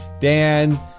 Dan